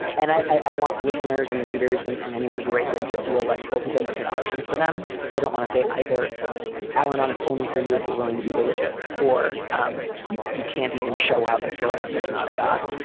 and i want listeners and readers and and anybody who writes in to feel like both of them are good options for them. so i don't want to say either al-anon, it's only for you if you're willing to be religious or um you you can't even show up if you're like there's not a god.